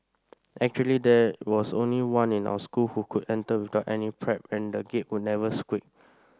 actually there was only one in our school who could enter without any prep and the Gate would never squeak